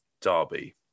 derby